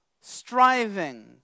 striving